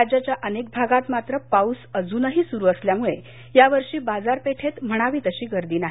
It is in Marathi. राज्याच्या अनेक भागात मात्र पाऊस अजूनही सुरू असल्यामुळे या वर्षी बाजारपेठेत म्हणावी तशी गर्दी नाही